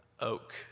oak